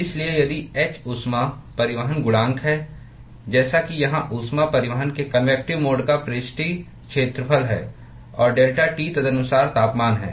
इसलिए यदि h ऊष्मा परिवहन गुणांक है जैसा कि यहाँ ऊष्मा परिवहन के कन्वेक्टिव मोड का पृष्ठीय क्षेत्रफल है और डेल्टा T तदनुसार तापमान है